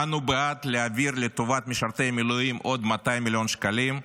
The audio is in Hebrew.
אנו בעד להעביר לטובת משרתי המילואים עוד 200 מיליון שקלים,